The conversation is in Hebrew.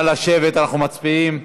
נא לשבת, אנחנו מצביעים.